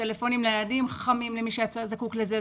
לטלפונים ניידים חכמים למי שהיה זקוק לזה.